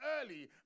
early